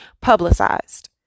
publicized